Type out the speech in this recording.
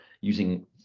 using